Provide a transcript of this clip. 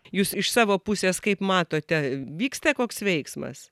jūs iš savo pusės kaip matote vyksta koks veiksmas